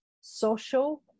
social